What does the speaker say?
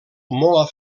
molt